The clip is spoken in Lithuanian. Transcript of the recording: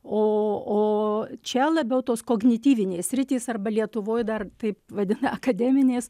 o o čia labiau tos kognityvinės sritys arba lietuvoj dar taip vadina akademinės